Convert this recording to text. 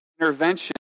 intervention